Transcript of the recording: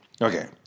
Okay